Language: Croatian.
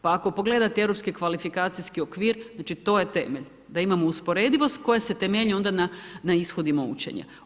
Pa ako pogledate europski kvalifikacijski okvir, znači to je temelj, da imamo usporedivost koja se temelji onda na ishodima učenja.